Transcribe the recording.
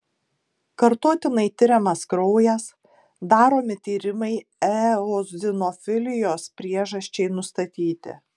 kartotinai tiriamas kraujas daromi tyrimai eozinofilijos priežasčiai nustatyti